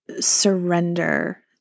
surrender